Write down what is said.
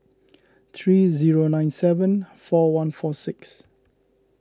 three zero nine seven four one four six